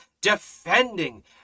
defending